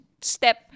step